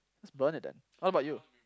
just burn it then what about you